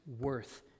worth